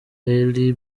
hailey